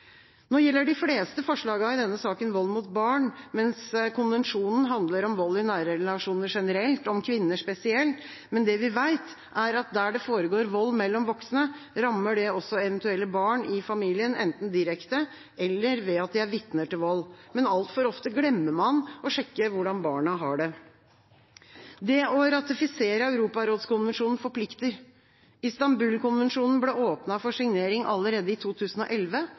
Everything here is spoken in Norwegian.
Nå gjelder de fleste forslagene i denne saken vold mot barn, mens konvensjonen handler om vold i nære relasjoner generelt og om kvinner spesielt, men det vi vet, er at der det foregår vold mellom voksne, rammer det også eventuelle barn i familien, enten direkte eller ved at de er vitner til vold. Altfor ofte glemmer man å sjekke hvordan barna har det. Det å ratifisere Europarådskonvensjonen forplikter. Istanbul-konvensjonen ble åpnet for signering allerede i 2011.